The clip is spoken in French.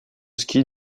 ski